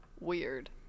weird